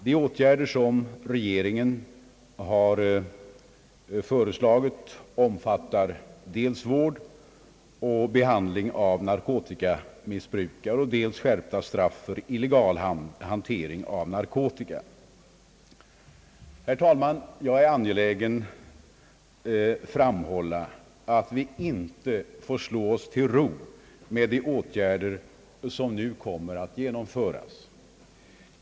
De åtgärder, som regeringen har föreslagit, omfattar dels vård och Herr talman! Jag är angelägen framhålla att vi inte får slå oss till ro med de åtgärder som nu kommer att genomföras.